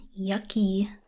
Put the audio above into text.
Yucky